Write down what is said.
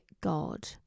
god